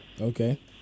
okay